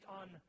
on